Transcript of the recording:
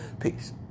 Peace